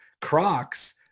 Crocs